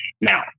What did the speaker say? Now